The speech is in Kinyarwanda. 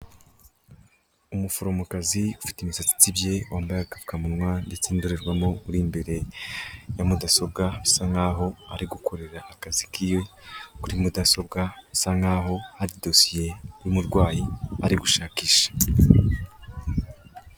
Umuforomokazi ufite imisatsi itsibye, wambaye agapfukamunwa ndetse n'indorerwamo, uri imbere ya mudasobwa, bisa nkaho ari gukorera akazi kiwe kuri mudasobwa, bisa nkaho hari dosiye y'umurwayi ari gushakisha.